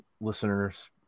listeners